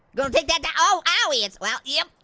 gonna take that that oh, owwie. it's, well, yup,